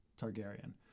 Targaryen